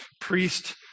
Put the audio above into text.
priest